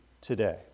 today